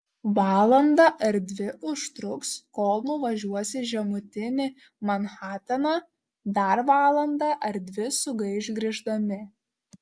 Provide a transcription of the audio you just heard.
valandą ar dvi užtruks kol nuvažiuos į žemutinį manhataną dar valandą ar dvi sugaiš grįždami